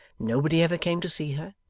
nobody ever came to see her,